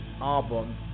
album